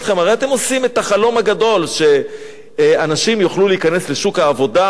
הרי אתם עושים את החלום הגדול שאנשים יוכלו להיכנס לשוק העבודה,